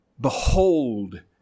Behold